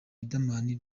riderman